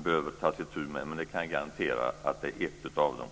behöver tas itu med. Jag kan garantera att det är ett av dem.